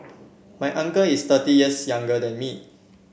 my uncle is thirty years younger than me